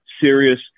serious